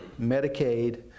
Medicaid